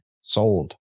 Sold